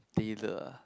tailor ah